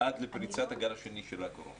עד לפריצת הגל השני של הקורונה